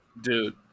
Dude